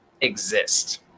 exist